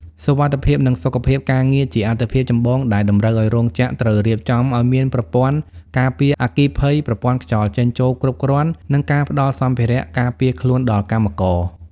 សុវត្ថិភាព និងសុខភាពការងារ ជាអាទិភាពចម្បងដែលតម្រូវឱ្យរោងចក្រត្រូវរៀបចំឱ្យមានប្រព័ន្ធការពារអគ្គិភ័យ ប្រព័ន្ធខ្យល់ចេញចូលគ្រប់គ្រាន់ និងការផ្ដល់សម្ភារៈការពារខ្លួនដល់កម្មករ។